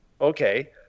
okay